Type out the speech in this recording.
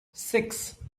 six